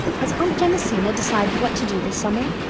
has aunt jamesina decided what to do this summer?